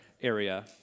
area